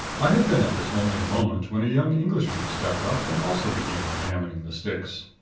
i had been at this only a moment when a young englishman stepped up and also began examining the sticks.